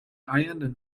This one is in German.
eiernden